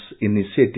Initiative